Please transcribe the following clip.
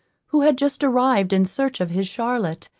who had just arrived in search of his charlotte,